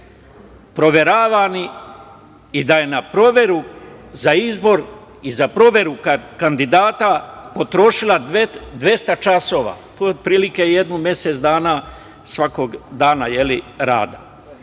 sudija proveravani i da je na proveru za izbor, za proveru kandidata potrošila 200 časova, a to je otprilike jedno mesec dana, svakog dana rada.